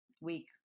week